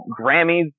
Grammys